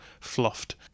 fluffed